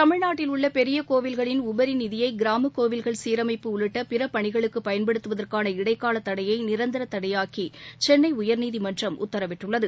தமிழ்நாட்டில் உள்ள பெரிய கோவில்களின் உபரி நிதியை கிராம கோவில்கள் சீரமைப்பு உள்ளிட்ட பிற பணிகளுக்கு பயன்படுத்துவதற்கான இடைக்கால தடையை நிரந்தர தடையாக்கி சென்னை உயர்நீதிமன்றம் உத்தரவிட்டுள்ளது